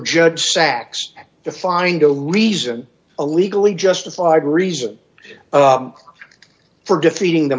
judge sachs to find a reason a legally justified reason for defeating the